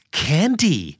candy